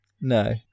No